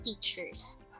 teachers